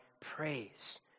praise